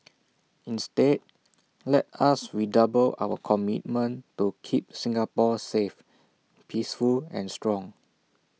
instead let us redouble our commitment to keep Singapore safe peaceful and strong